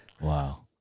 Wow